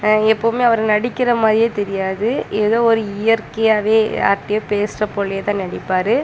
எப்பவுமே அவர் நடிக்கிற மாதிரியே தெரியாது ஏதோ ஒரு இயற்கையாகவே யார்கிட்டையோ பேசுகிற போலயே தான் நடிப்பார்